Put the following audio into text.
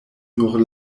nur